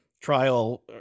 trial